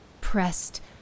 pressed